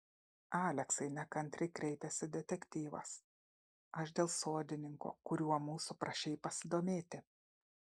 aleksai nekantriai kreipėsi detektyvas aš dėl sodininko kuriuo mūsų prašei pasidomėti